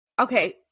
Okay